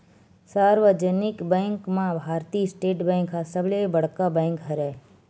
सार्वजनिक बेंक म भारतीय स्टेट बेंक ह सबले बड़का बेंक हरय